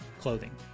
clothing